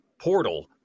Portal